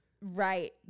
right